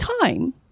time